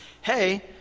hey